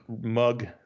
mug